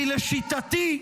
כי לשיטתי,